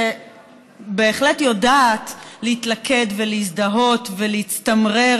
שבהחלט יודעת להתלכד ולהזדהות ולהצטמרר